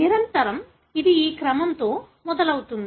నిరంతరం ఇది ఈ క్రమంలో మొదలవుతుంది